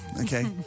Okay